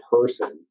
person